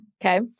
Okay